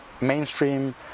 mainstream